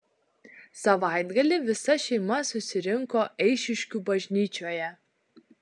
savaitgalį visa šeima susirinko eišiškių bažnyčioje